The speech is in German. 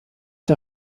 der